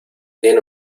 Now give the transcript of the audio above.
tiene